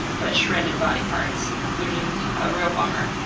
but shredded body parts, which is a real bummer.